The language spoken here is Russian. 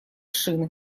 шины